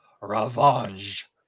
revenge